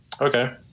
Okay